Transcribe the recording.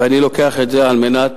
ואני לוקח את זה על מנת,